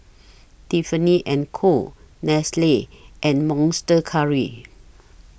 Tiffany and Co Nestle and Monster Curry